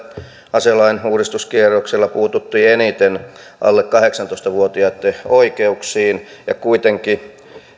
aselain uudistuskierroksella puututtiin eniten alle kahdeksantoista vuotiaitten oikeuksiin ja kuitenkin